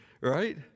Right